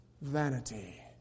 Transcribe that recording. vanity